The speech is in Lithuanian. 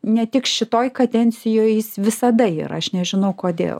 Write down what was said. ne tik šitoj kadencijoj jis visada yra aš nežinau kodėl